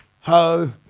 ho